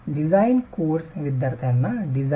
Thank you